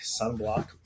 sunblock